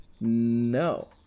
No